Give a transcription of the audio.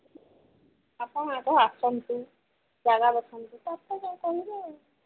ଆପଣ ଆଗ ଆସନ୍ତୁ ଜାଗା ଦେଖନ୍ତୁ ତାପରେ ଯାଇ କହିବେ